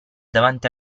davanti